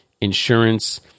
insurance